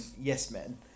yes-men